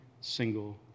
single